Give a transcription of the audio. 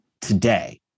today